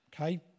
okay